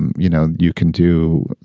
and you know, you can do.